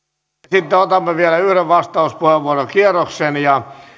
sitten otamme vielä yhden vastauspuheenvuorokierroksen ja